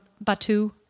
Batu